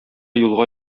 юлга